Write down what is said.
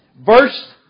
verse